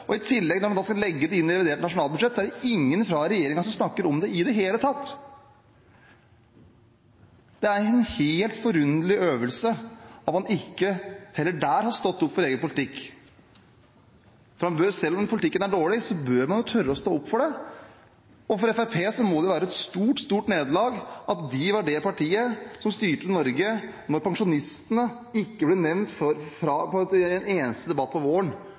pensjonistoppgjøret. I tillegg, når de skal legge det inn i revidert nasjonalbudsjett, er det ingen fra regjeringen som snakker om det i det hele tatt. Det er en helt forunderlig øvelse at man heller ikke der har stått opp for sin egen politikk. For selv om politikken er dårlig, bør man tørre å stå opp for den. For Fremskrittspartiet må det være et stort, stort nederlag at de var det partiet som styrte Norge da pensjonistene ikke ble nevnt i en eneste debatt om våren,